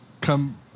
come